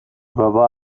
بابا